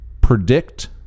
predict